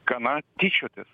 gana tyčiotis